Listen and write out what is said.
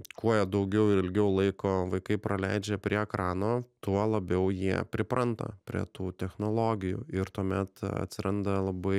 kuo jie daugiau ilgiau laiko vaikai praleidžia prie ekrano tuo labiau jie pripranta prie tų technologijų ir tuomet atsiranda labai